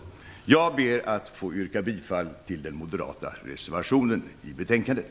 Jag ber att få yrka bifall till den moderata reservationen i betänkandet.